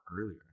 earlier